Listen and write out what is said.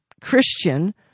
Christian